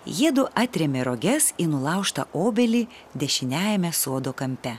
jiedu atrėmė roges į nulaužtą obelį dešiniajame sodo kampe